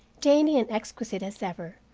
dainty and exquisite as ever,